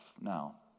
Now